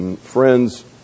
Friends